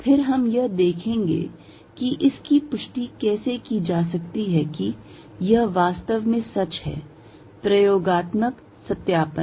फिर हम यह देखेंगे कि इसकी पुष्टि कैसे की जा सकती है कि यह वास्तव में सच है प्रायोगिक सत्यापन